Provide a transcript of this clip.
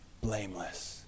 blameless